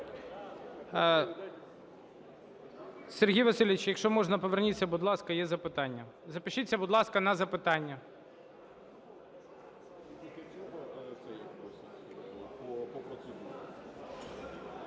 Сергію Васильовичу, якщо можна, поверніться, будь ласка, є запитання. Запишіться, будь ласка, на запитання.